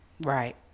right